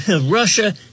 Russia